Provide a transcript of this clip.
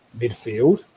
midfield